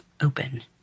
open